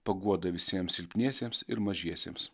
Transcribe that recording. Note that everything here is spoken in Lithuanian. paguoda visiems silpniesiems ir mažiesiems